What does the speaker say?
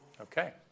Okay